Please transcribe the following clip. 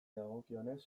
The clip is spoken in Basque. dagokionez